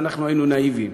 ואנחנו היינו נאיביים,